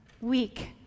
week